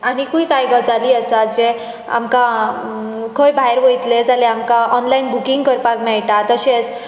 आनिकूय कांय गजाली आसा जे आमकां खंय भायर वयतले जाल्यार आमकां ऑनलायन बुकींग करपाक मेळटा तशेंच